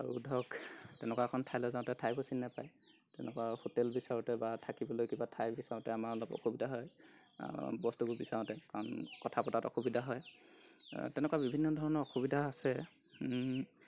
আৰু ধৰক তেনেকুৱা এখন ঠাইলৈ যাওঁতে ঠাইবোৰ চিনে পায় তেনেকুৱা হোটেল বিচাৰোঁতে বা থাকিবলৈ কিবা ঠাই বিচাৰোঁতে আমাৰ অলপ অসুবিধা হয় বস্তুবোৰ বিচাৰোঁতে কাৰণ কথা পতাত অসুবিধা হয় তেনেকুৱা বিভিন্ন ধৰণৰ অসুবিধা আছে